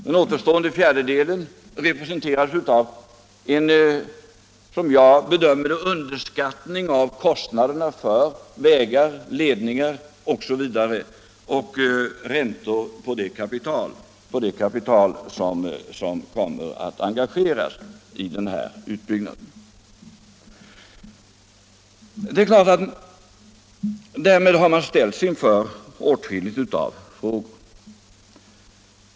Den återstående fjärdedelen representeras av en som jag bedömer det underskattning av kostnaderna för vägar, ledningar osv., samt räntor på det kapital som kommer att engageras vid utbyggnaden. — Det är klart att man därmed har ställts inför åtskilliga frågor.